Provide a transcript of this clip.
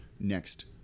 next